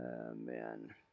Amen